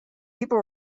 people